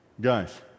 Guys